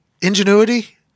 ingenuity –